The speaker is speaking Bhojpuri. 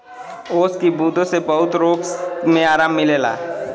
ओस की बूँदो से बहुत रोग मे आराम मिलेला